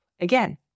again